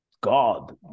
God